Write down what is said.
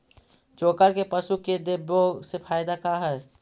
चोकर के पशु के देबौ से फायदा का है?